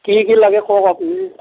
কি কি লাগে কওক আপুনি